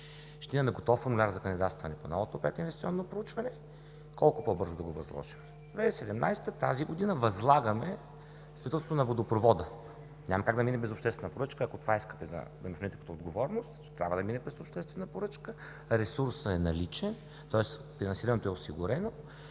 ще имаме готов формуляр за кандидатстване по новото прединвестиционно проучване. Колко по-бързо да го възложим? 2017, тази година, възлагаме строителство на водопровода. Няма как да мине без обществена поръчка, ако това искате да ми вмените като отговорност. Ще трябва да мине през обществена поръчка. Ресурсът е наличен, тоест финансирането е осигурено